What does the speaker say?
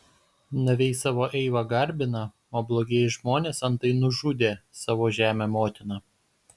naviai savo eivą garbina o blogieji žmonės antai nužudė savo žemę motiną